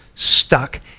stuck